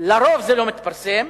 לרוב זה לא מתפרסם,